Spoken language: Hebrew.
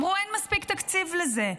אמרו: אין מספיק תקציב לזה.